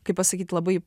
kaip pasakyt labai